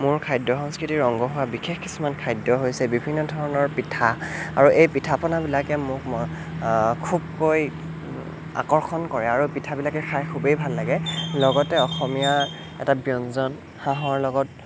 মোৰ খাদ্য সংস্কৃতিৰ অংগ হোৱা বিশেষ কিছুমান খাদ্য হৈছে বিভিন্ন ধৰণৰ পিঠা আৰু এই পিঠাপনা বিলাকে মোক খুবকৈ আকৰ্ষণ কৰে আৰু পিঠাবিলাকে খাই খুবেই ভাল লাগে লগতে অসমীয়া এটা ব্যঞ্জন হাঁহৰ লগত